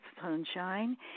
sunshine